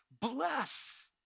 bless